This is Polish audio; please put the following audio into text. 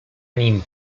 nim